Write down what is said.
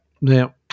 Now